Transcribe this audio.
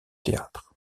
théâtre